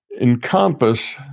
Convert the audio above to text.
encompass